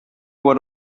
what